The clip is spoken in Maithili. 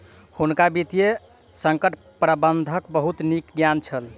हुनका वित्तीय संकट प्रबंधनक बहुत नीक ज्ञान छल